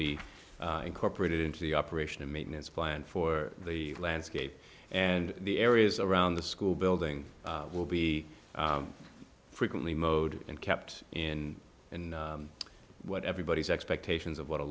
be incorporated into the operation and maintenance plan for the landscape and the areas around the school building will be frequently mode and kept in what everybody's expectations of what a